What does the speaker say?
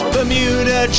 Bermuda